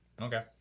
Okay